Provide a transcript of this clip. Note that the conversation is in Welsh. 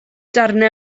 darnau